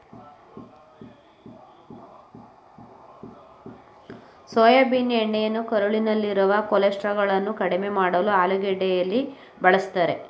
soybean ಎಣ್ಣೆಯನ್ನು ಕರುಳಿನಲ್ಲಿರುವ ಕೊಲೆಸ್ಟ್ರಾಲನ್ನು ಕಡಿಮೆ ಮಾಡಲು ಅಡುಗೆಯಲ್ಲಿ ಬಳ್ಸತ್ತರೆ